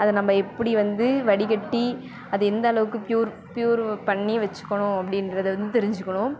அதை நம்ப எப்படி வந்து வடிக்கட்டி அதை எந்தளவுக்கு ப்யூர் ப்யூர் பண்ணி வெச்சுக்கணும் அப்படின்றத வந்து தெரிஞ்சுக்கணும்